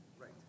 Right